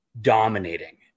dominating